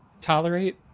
tolerate